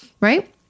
Right